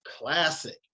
classic